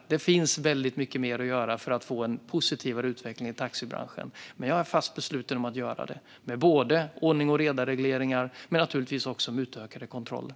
Det finns väldigt mycket mer att göra för att få en positivare utveckling i taxibranschen, och jag är fast besluten om att göra det med både ordning-och-reda-regleringar och också med utökade kontroller.